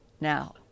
now